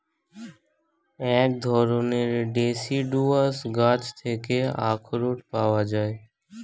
এক ধরণের ডেসিডুয়াস গাছ থেকে আখরোট পাওয়া যায়